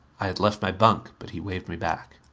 i had left my bunk but he waved me back.